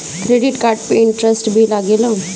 Credit card पे interest भी लागेला?